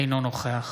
אינו נוכח